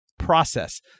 Process